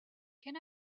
can